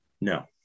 No